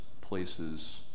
places